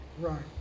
Right